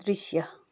दृश्य